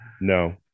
No